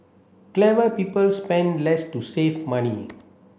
clever people spend less to save money